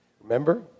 Remember